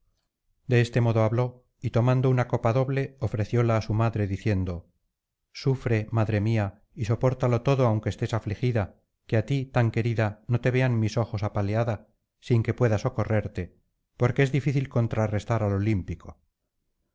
de este modo habló y tomando una copa doble ofrecióla á su madre diciendo sufre madre mía y sopórtalo todo aunque estés afligida que á ti tan querida no te vean mis ojos apaleada sin que pueda socorrerte porque es difícil contrarrestar al olímpico